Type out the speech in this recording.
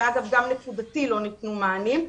ואגב, גם באופן נקודתי לא ניתנו מענים.